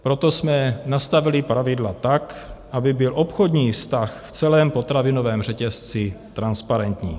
Proto jsme nastavili pravidla tak, aby byl obchodní vztah v celém potravinovém řetězci transparentní.